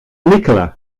nikola